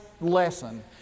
lesson